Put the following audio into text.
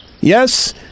Yes